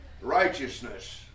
righteousness